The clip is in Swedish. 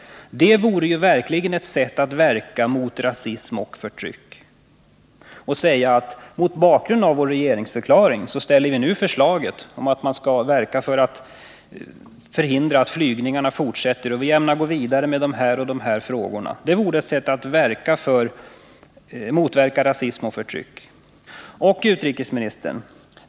Det vore ju ett sätt att verka mot rasism och förtryck. Han kunde säga: Mot bakgrund av vår regeringsförklaring föreslår vi nu att man skall verka för att förhindra att flygningarna fortsätter, och vi ämnar gå vidare med dessa frågor. — Det vore ett sätt att motverka rasism och förtryck. Och utrikesministern!